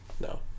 No